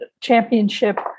championship